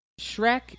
Shrek